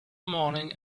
morning